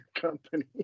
company